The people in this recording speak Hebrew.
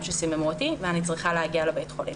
שסיממו אותי ושאני צריכה להגיע לבית החולים.